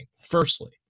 Firstly